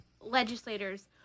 legislators